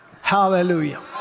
Hallelujah